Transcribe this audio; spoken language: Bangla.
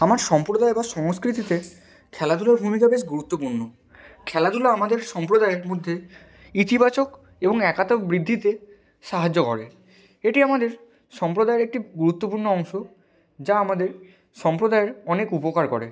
আমার সম্প্রদায় বা সংস্কৃতিতে খেলাধুলোর ভূমিকা বেশ গুরুত্বপূর্ণ খেলাধুলো আমাদের সম্প্রদায়ের মধ্যে ইতিবাচক এবং একতা বৃদ্ধিতে সাহায্য করে এটি আমাদের সম্প্রদায়ের একটি গুরুত্বপূর্ণ অংশ যা আমাদের সম্প্রদায়ের অনেক উপকার করে